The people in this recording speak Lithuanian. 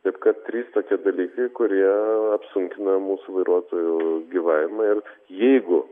taip kad trys tokie dalykai kurie apsunkina mūsų vairuotojų gyvavimą ir jeigu